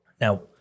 Now